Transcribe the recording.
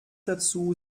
dazu